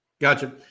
Gotcha